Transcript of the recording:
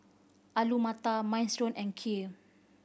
Alu Matar Minestrone and Kheer